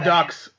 Ducks